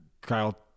Kyle